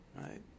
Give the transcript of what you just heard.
Right